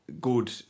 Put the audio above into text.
Good